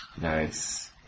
Nice